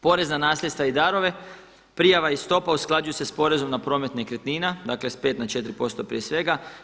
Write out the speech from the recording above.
Porez na nasljedstva i darove, prijava i stopa usklađuju se s porezom na promet nekretnina, dakle s 5 na 4% prije svega.